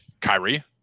Kyrie